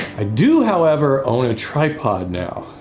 i do however own a tripod now.